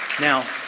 Now